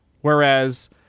Whereas